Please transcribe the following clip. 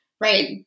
right